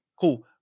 Cool